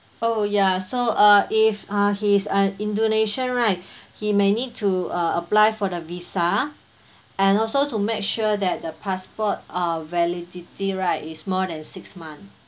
oh yeah so uh if uh he's an indonesian right he may need to uh apply for the visa and also to make sure that the passport uh validity right is more than six month